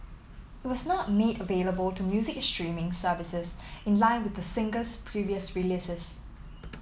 it was not made available to music streaming services in line with the singer's previous releases